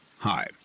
Hi